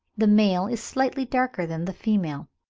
the male is slightly darker than the female.